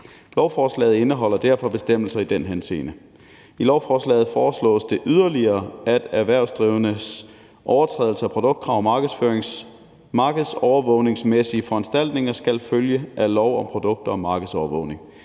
Lovforslaget indeholder derfor bestemmelser i den henseende. I lovforslaget foreslås yderligere, at erhvervsdrivendes overtrædelse af produktkrav om markedsovervågningsmæssige foranstaltninger skal følge af lov om produkter og markedsovervågning.